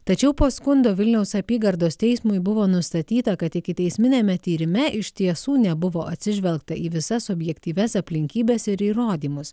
tačiau po skundo vilniaus apygardos teismui buvo nustatyta kad ikiteisminiame tyrime iš tiesų nebuvo atsižvelgta į visas objektyvias aplinkybes ir įrodymus